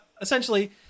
essentially